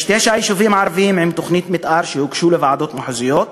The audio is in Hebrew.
יש תשעה יישובים ערביים עם תוכניות מתאר שהוגשו לוועדות מחוזיות.